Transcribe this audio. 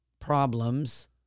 problems